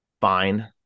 fine